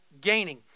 gaining